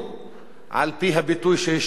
על-פי הביטוי שהשתמש בו שם